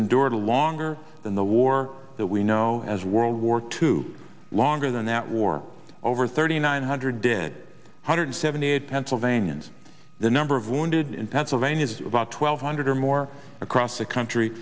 endured longer than the war that we know as world war two longer than that war over thirty nine hundred dead hundred seventy eight pennsylvanians the number of wounded in pennsylvania is about twelve hundred or more across the country